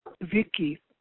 Vicky